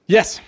Yes